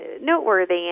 noteworthy